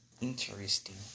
Interesting